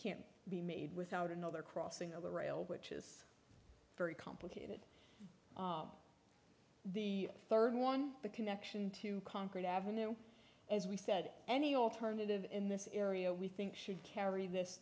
can't be made without another crossing of the rail which is very complicated the third one the connection to concord ave as we said any alternative in this area we think should carry this